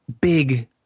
big